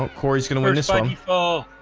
corey's gonna wear this i mean ah